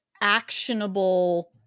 actionable